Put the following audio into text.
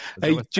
Hey